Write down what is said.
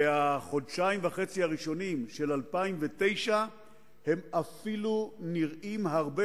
החודשיים וחצי הראשונים של 2009 אפילו נראים הרבה